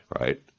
right